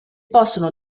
possono